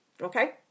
okay